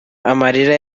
amarira